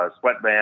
sweatband